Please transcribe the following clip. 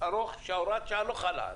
ארוך שהוראת השעה לא חלה עליהם.